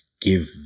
give